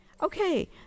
okay